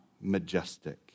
majestic